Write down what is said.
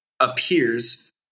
appears